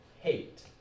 hate